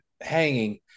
hanging